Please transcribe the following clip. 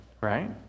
right